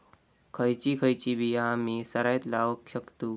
खयची खयची बिया आम्ही सरायत लावक शकतु?